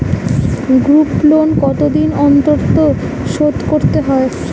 Group loan কতদিন অন্তর শোধকরতে হয়?